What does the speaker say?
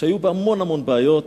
שהיו בה המון המון בעיות,